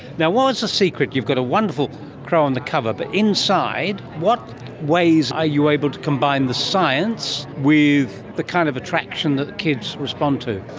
now, what was the secret? you've got a wonderful crow on the cover, but inside, what ways are you able to combine the science with the kind of attraction that kids respond to?